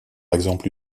exemple